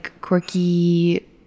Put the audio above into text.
quirky